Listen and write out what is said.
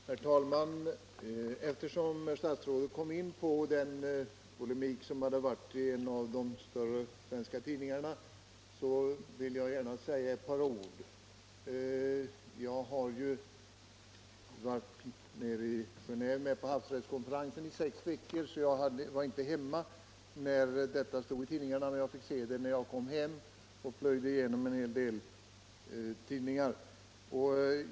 Herr talman! Eftersom statsrådet kom in på den polemik som hade förts i en av de större svenska tidningarna, vill jag gärna säga några ord. Jag har varit på havsrättskonferensen i Genéve under sex veckor, så jag var inte hemma när detta stod i tidningen, men jag fick se det när jag kom hem, då jag plöjde igenom en hel del tidningar.